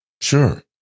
Sure